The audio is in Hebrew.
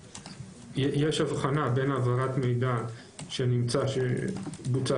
יש הבחנה בין העברת מידע שנמצא שבוצעה